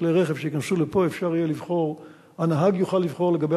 שכלי רכב שייכנסו לפה הנהג יוכל לבחור לגבי